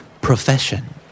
Profession